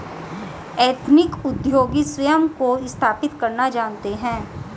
ethnic उद्योगी स्वयं को स्थापित करना जानते हैं